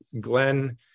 Glenn